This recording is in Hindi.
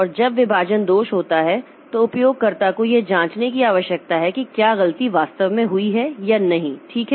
और जब विभाजन दोष होता है तो उपयोगकर्ता को यह जांचने की आवश्यकता है कि क्या गलती वास्तव में हुई है या नहीं ठीक है